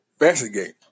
investigate